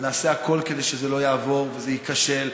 ונעשה הכול כדי שזה לא יעבור ושזה ייכשל,